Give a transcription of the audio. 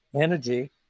energy